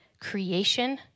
creation